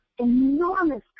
enormous